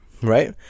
Right